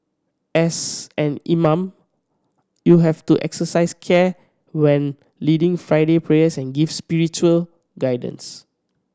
as an imam you have to exercise care when leading Friday prayers and give spiritual guidance